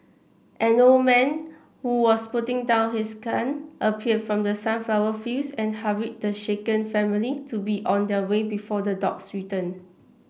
an old man who was putting down his gun appeared from the sunflower fields and hurried the shaken family to be on their way before the dogs return